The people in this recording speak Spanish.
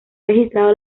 registrado